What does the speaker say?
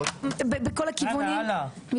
בכל הכיוונים,